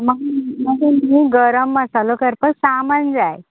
गरम मसालो करपाक सामान जाय